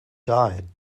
died